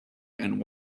and